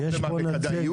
בכדאיות?